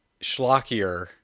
schlockier –